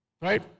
Right